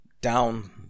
down